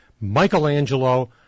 Michelangelo